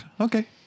okay